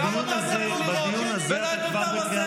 בדיון הזה אתה כבר בקריאה שנייה.